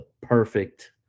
perfect